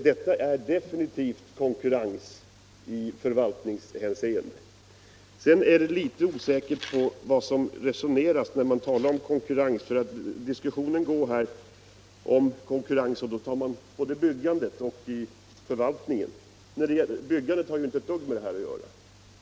Detta är definitivt konkurrens i förvaltningshänseende. Sedan är det litet osäkert vad man resonerar om när man talar om konkurrens, för diskussionen upptar både byggandet och förvaltningen. Byggandet har ju inte ett dugg med detta att göra.